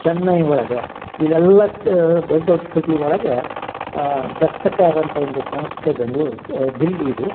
ಚೆನ್ನೈ ಒಳಗೆ ಇಲ್ಲೆಲ್ಲ ಕ ದೊಡ್ಡ ದೊಡ್ಡ ಸಿಟಿ ಒಳಗೆ ದಸ್ತಕಾರ್ ಅಂತ ಒಂದು ಸಂಸ್ಥೆ ಬೆಂಗ್ಳೂರು ದಿಲ್ಲಿಯದು